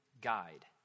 guide